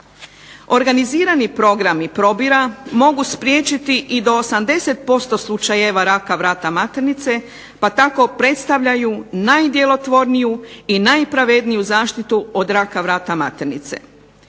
Organizirani programi probira mogu spriječiti i do 80% slučajeva raka vrata maternice pa tako predstavljaju najdjelotvorniju i najpravedniju zaštitu od raka vrata maternice.